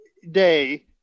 day